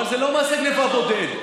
אבל זה לא מעשה גנבה בודד.